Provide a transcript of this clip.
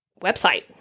website